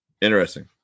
interesting